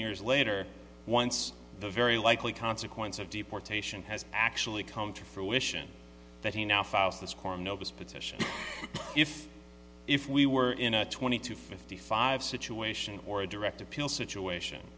years later once the very likely consequence of deportation has actually come to fruition that he now files this core notice petition if if we were in a twenty to fifty five situation or a direct appeal situation